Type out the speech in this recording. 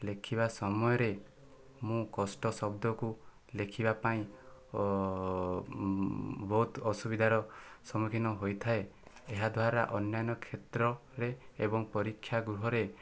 ଲେଖିବା ସମୟରେ ମୁଁ କଷ୍ଟ ଶବ୍ଦକୁ ଲେଖିବା ପାଇଁ ବହୁତ ଅସୁବିଧାର ସମ୍ମୁଖୀନ ହୋଇଥାଏ ଏହାଦ୍ୱାରା ଅନ୍ୟାନ୍ୟ କ୍ଷେତ୍ରରେ ଏବଂ ପରୀକ୍ଷା ଗୃହରେ